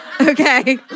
Okay